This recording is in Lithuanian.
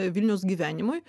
vilniaus gyvenimui